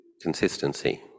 consistency